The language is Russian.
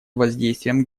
воздействием